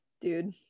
Dude